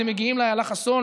אז הם מגיעים לאילה חסון,